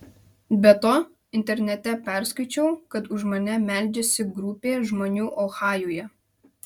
be to internete perskaičiau kad už mane meldžiasi grupė žmonių ohajuje